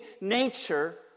nature